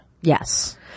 Yes